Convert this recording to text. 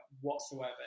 whatsoever